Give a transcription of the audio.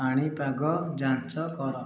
ପାଣିପାଗ ଯାଞ୍ଚ କର